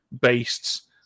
based